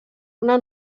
una